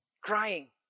crying